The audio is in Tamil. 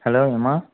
ஹலோ உமா